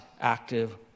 active